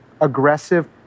aggressive